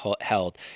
held